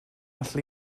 alla